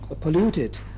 polluted